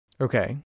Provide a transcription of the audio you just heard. Okay